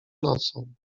nocą